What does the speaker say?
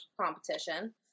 competition